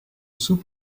sous